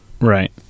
right